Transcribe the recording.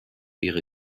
ihre